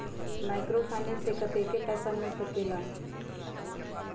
Microfinance से कतेक पैसा मिल सकले ला?